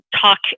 talk